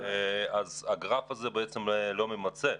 אז הגרף הזה בעצם לא ממצה.